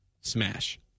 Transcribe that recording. smash